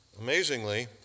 Amazingly